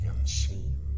unseen